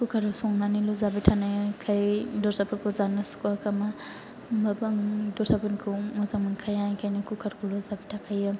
कुकार आव संनानैल' जाबाय थानायखाय दस्राफोरखौ जानो सुखुआ खोमा होनबाबो आं दस्राफोरनिखौ मोजां मोनखाया बेनिखायनो कुकार निखौल' जाबाय थाखायो